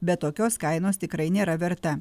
bet tokios kainos tikrai nėra verta